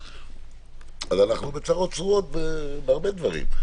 אנחנו בצרות צרורות בהרבה דברים.